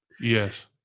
Yes